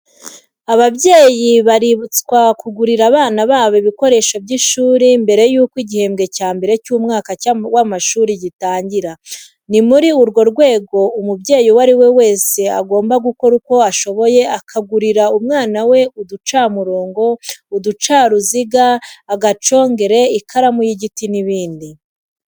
Ababyeyi baributswa kugurira abana babo ibikoresho by'ishuri mbere yuko igihembwe cya mbere cy'umwaka w'amashuri gitangira. Ni muri urwo rwego umubyeyi uwo ari we wese agomba gukora uko ashoboye akagurira umwana we uducamurongo, uducaruziga, agacongesho, ikaramu y'igiti n'ibindi.